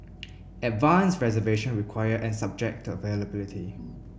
advanced reservation required and subject to availability